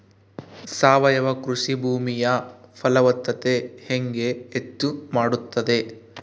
ಸಾವಯವ ಕೃಷಿ ಭೂಮಿಯ ಫಲವತ್ತತೆ ಹೆಂಗೆ ಹೆಚ್ಚು ಮಾಡುತ್ತದೆ?